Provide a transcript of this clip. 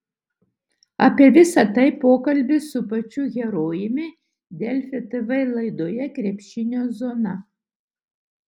apie visa tai pokalbis su pačiu herojumi delfi tv laidoje krepšinio zona